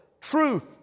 truth